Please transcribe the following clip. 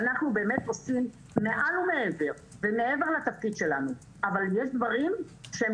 אנחנו באמת עושים מעל ומעבר ומעבר לתפקיד שלנו אבל יש דברים שהם